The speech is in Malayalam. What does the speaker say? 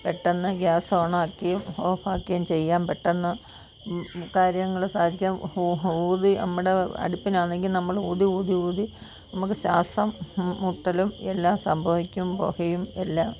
പെട്ടെന്ന് ഗ്യാസ് ഓൺ ആക്കിയും ഓഫ് ആക്കിയും ചെയ്യാം പെട്ടെന്ന് കാര്യങ്ങൾ സാധിക്കാം ഊതി നമ്മുടെ അടുപ്പിനാണ് എങ്കിൽ നമ്മൾ ഊതി ഊതി ഊതി നമുക്ക് ശ്വാസം മുട്ടലും എല്ലാം സംഭവിക്കും പുകയും എല്ലാം